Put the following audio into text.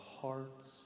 hearts